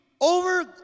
over